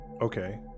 Okay